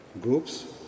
groups